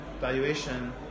valuation